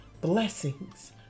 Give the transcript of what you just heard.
blessings